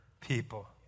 people